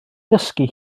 ddysgu